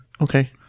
Okay